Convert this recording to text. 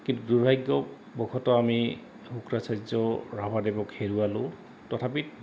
কিন্তু দুৰ্ভাগ্য বশতঃ আমি শুক্ৰাচাৰ্য ৰাভাদেৱক হেৰুৱালোঁ তথাপিতো